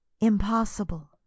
Impossible